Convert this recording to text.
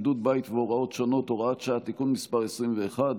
(בידוד בית והוראות שונות) (הוראת שעה) (תיקון מס' 21),